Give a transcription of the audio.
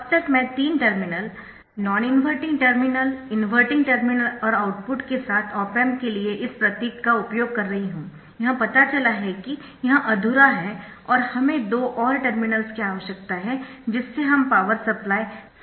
अब तक मैं तीन terminal non inverting terminal inverting terminal और आउटपुट के साथ ऑप एम्प के लिए इस प्रतीक का उपयोग कर रही हूं यह पता चला है कि यह अधूरा है और हमें दो और टर्मिनल्स की आवश्यकता है जिससे हम पावर सप्लाई संलग्न कर सकें